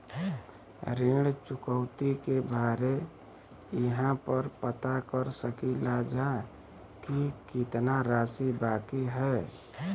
ऋण चुकौती के बारे इहाँ पर पता कर सकीला जा कि कितना राशि बाकी हैं?